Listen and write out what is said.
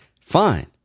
Fine